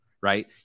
right